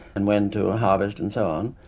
and when to ah harvest and so on.